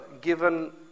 given